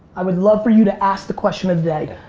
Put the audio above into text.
i would love for you to ask the question of the day.